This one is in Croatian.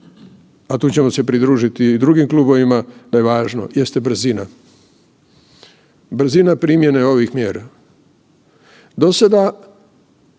a tu ćemo se pridružiti i drugim klubovima, da je važno jeste brzina. Brzina primjene ovih mjera. Dosada